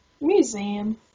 Museum